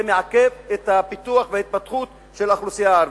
זה מעכב את הפיתוח וההתפתחות של האוכלוסייה הערבית.